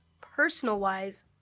Personal-wise